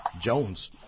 Jones